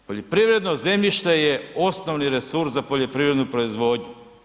Poljoprivredno zemljište je osnovni resurs za poljoprivrednu proizvodnju.